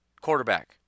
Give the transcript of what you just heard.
quarterback